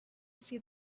see